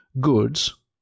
goods